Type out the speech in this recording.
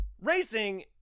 racing